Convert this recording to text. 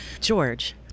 George